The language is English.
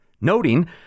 noting